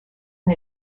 and